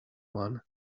one